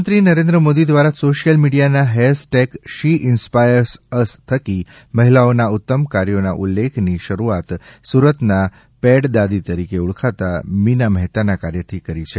પ્રધાનમંત્રી નરેન્દ્ર મોદી દ્વારા સોશિયલ મીડિયામાં hashtag she inspire us થકી મહિલાઓના ઉત્તમ કાર્યોના ઉલ્લેખની શરૂઆત સુરતના પેડ દાદી તરીકે ઓળખાતા મીના મહેતાના કાર્યથી કરી છે